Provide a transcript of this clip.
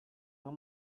know